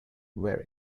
wear